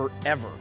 forever